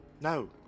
No